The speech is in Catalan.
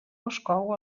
moscou